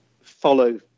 follow